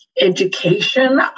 Education